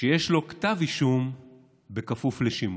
שיש לו כתב אישום כפוף לשימוע.